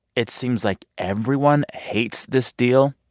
it seems like everyone hates this deal.